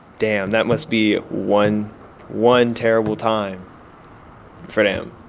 damn, that must be one one terrible time for them.